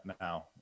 now